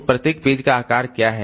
तो प्रत्येक पेज का आकार क्या है